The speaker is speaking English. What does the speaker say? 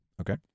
Okay